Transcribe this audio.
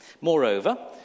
Moreover